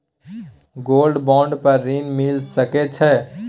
Gold bond पर ऋण मिल सके छै?